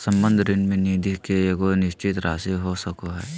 संबंध ऋण में निधि के एगो निश्चित राशि हो सको हइ